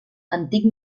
antic